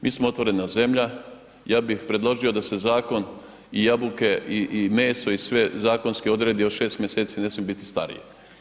Mi smo otvorena zemlja, ja bih predložio da se zakon i jabuke i meso i sve zakonski odredi da od 6 mjeseci ne smije biti starije.